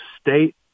state